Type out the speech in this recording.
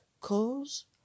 cause